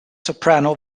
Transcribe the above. soprano